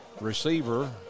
receiver